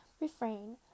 Refrain